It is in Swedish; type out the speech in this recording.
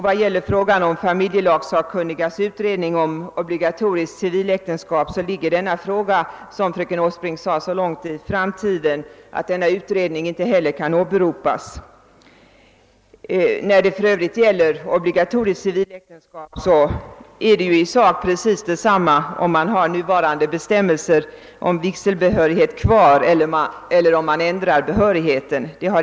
Vad gäller frågan om familjelagssakkunnigas utredning om obligatoriskt civiläktenskap vill jag i likhet med fröken Åsbrink hänvisa till att dess resultat ligger så långt fram i tiden att inte heller den kan åberopas. När det gäller obligatoriskt civiläktenskap är det för övrigt i sak precis detsamma om man behåller nuvarande bestämmelser eller ändrar behörigheten.